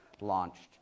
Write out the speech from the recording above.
launched